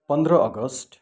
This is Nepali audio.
पन्ध्र अगस्ट